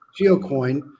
Geocoin